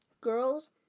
Girls